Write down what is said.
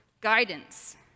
guidance